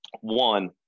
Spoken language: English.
One